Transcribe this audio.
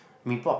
Mee-Pok